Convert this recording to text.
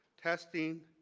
testing,